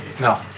No